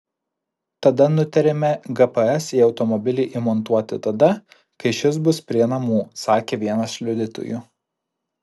tada nutarėme gps į automobilį įmontuoti tada kai šis bus prie namų sakė vienas liudytojų